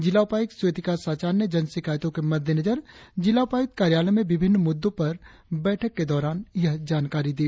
जिला उपायुक्त स्वेतिका साचान ने जन शिकायतों के मद्देनजर जिला उपायुक्त कार्यालय में विभिन्न मुद्दे पर बैठक के दौरान यह जानकारी दी